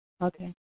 Okay